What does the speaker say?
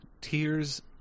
tears